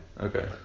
Okay